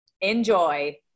Enjoy